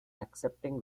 accepting